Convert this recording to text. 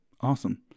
Awesome